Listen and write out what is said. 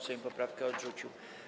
Sejm poprawkę odrzucił.